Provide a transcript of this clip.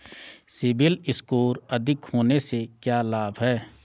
CIBIL score अधिक होने से क्या लाभ हैं?